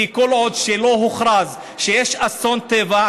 כי כל עוד לא הוכרז שיש אסון טבע,